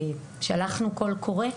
שלחנו קול קורא.